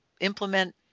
implement